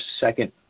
second